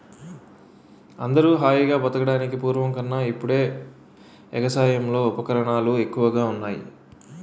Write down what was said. అందరూ హాయిగా బతకడానికి పూర్వం కన్నా ఇప్పుడే ఎగసాయంలో ఉపకరణాలు ఎక్కువగా ఉన్నాయ్